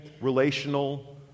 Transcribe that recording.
relational